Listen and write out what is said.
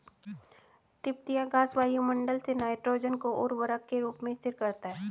तिपतिया घास वायुमंडल से नाइट्रोजन को उर्वरक के रूप में स्थिर करता है